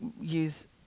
use